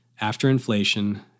after-inflation